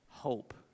Hope